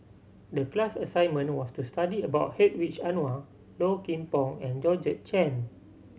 the class assignment was to study about Hedwig Anuar Low Kim Pong and Georgette Chen